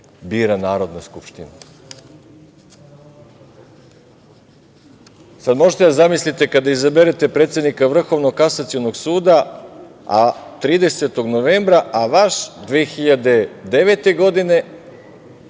bira Narodna skupština. Sad